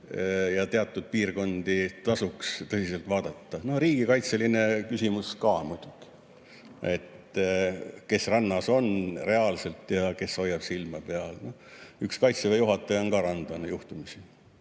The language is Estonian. ja teatud piirkondi tasuks tõsiselt vaadata. No riigikaitseline küsimus ka muidugi, et kes rannas reaalselt on ja kes hoiab silma peal. Üks Kaitseväe juhataja on ka randlane juhtumisi